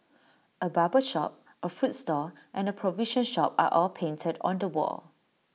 A barber shop A fruit stall and A provision shop are all painted on the wall